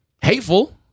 hateful